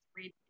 read